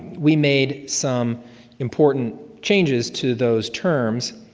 we made some important changes to those terms.